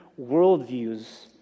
worldviews